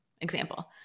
example